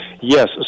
yes